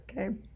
Okay